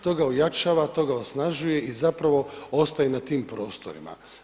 To ga ojačava, to ga osnažuje i zapravo ostaje na tim prostorima.